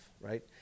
right